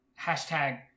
hashtag